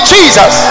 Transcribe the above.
Jesus